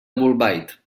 bolbait